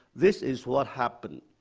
this is what happened.